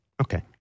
Okay